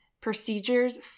procedures